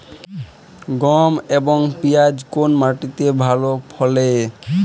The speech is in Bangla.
গম এবং পিয়াজ কোন মাটি তে ভালো ফলে?